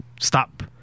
stop